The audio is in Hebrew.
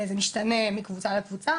זה משתנה מקבוצה לקבוצה.